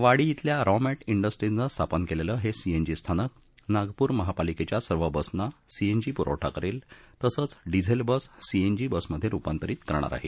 वाडी खल्या रॉमदडेस्ट्रीजनं स्थापन केलेलं हे सीएजी स्थानक नागपूर महापालिकेच्या सर्व बसना सीएनजी पुरवठा करेल तसंच डिझेल बस सीएनजी बसमधे रुपातरित करणार आहे